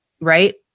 right